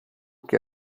que